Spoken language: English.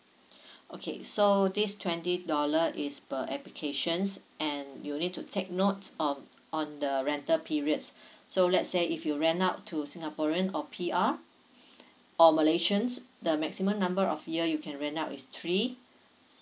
okay so this twenty dollar is per applications and you need to take note um on the rental periods so let's say if you rent out to singaporean or P_R or malaysians the maximum number of year you can rent out is three